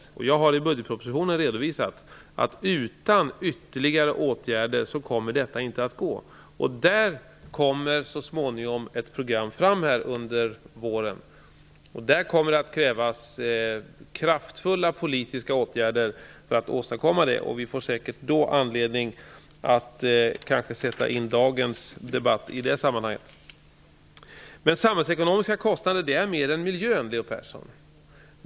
Jag har i budgetpropositionen redovisat att detta inte kommer att gå utan ytterligare åtgärder. Ett sådant program skall läggas fram så småningom under våren. Det kommer att krävas kraftfulla politiska åtgärder för att åstadkomma det, och vi får då säkerligen anledning att ta upp det som förekommit i dagens debatt. Den samhällsekonomiska kostnaden avser mer än miljön, Leo Persson.